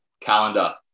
calendar